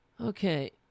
okay